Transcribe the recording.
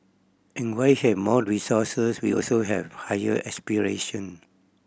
and while he have more resources we also have higher aspiration